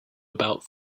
about